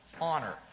honor